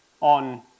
on